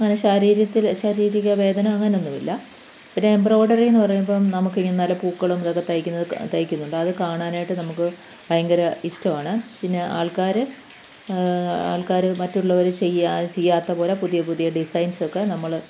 അങ്ങനെ ശരീരത്തിൽ ശാരീരിക വേദന അങ്ങനെ ഒന്നും ഇല്ല പിന്നെ എംബ്രോഡറി എന്ന് പറയുമ്പം നമുക്ക് ഇങ്ങനെ നല്ല പൂക്കളും ഇതൊക്കെ തയ്ക്കുന്നത് തയ്ക്കുന്നുണ്ട് അത് കാണാനായിട്ട് നമുക്ക് ഭയങ്കര ഇഷ്ടമാണ് പിന്നെ ആൾക്കാർ ആൾക്കാർ മറ്റുള്ളവർ ചെയ്യാത്ത പോലെ പുതിയ പുതിയ ഡിസൈൻസ് ഒക്കെ നമ്മൾ